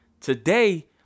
Today